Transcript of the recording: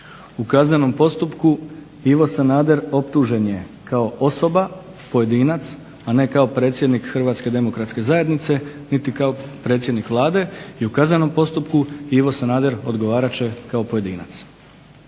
U kaznenom postupku Ivo Sanader optužen je kao osoba pojedinac, ne kao predsjednik Hrvatske demokratske zajednice, niti kao predsjednik Vlade i u kaznenom postupku Ivo Sanader odgovarat će kao pojedinac.